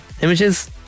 Images